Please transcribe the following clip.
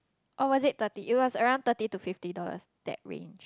or was it thirty it was around thirty to fifty dollars that range